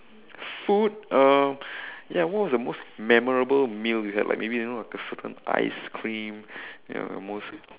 food uh ya what was the most memorable meal you had like maybe you know like a certain ice cream ya the most